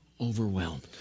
overwhelmed